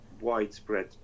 widespread